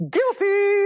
Guilty